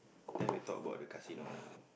then we talk about the casino